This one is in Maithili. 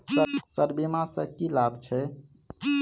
सर बीमा सँ की लाभ छैय?